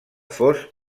fos